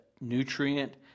nutrient